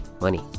money